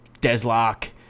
Deslock